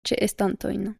ĉeestantojn